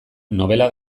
nobela